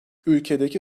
ülkedeki